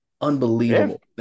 Unbelievable